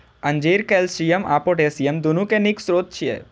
अंजीर कैल्शियम आ पोटेशियम, दुनू के नीक स्रोत छियै